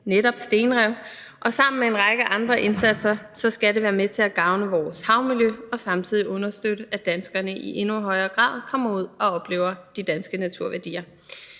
netop stenrev, og sammen med en række andre indsatser skal det være med til at gavne vores havmiljø og samtidig understøtte, at danskerne i endnu højere grad kommer ud og oplever de danske naturværdier.